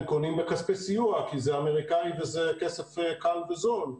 קונים בכספי סיוע כי זה אמריקאי וזה כסף קל וזול,